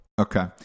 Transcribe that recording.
Okay